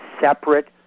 separate